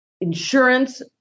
insurance